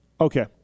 Okay